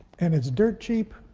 and it's dirt cheap.